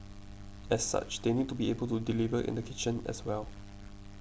as such they need to be able to deliver in the kitchen as well